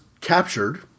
captured